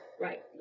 right